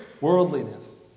worldliness